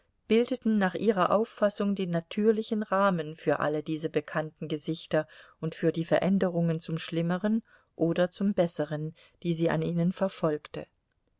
bildeten nach ihrer auffassung den natürlichen rahmen für alle diese bekannten gesichter und für die veränderungen zum schlimmeren oder zum besseren die sie an ihnen verfolgte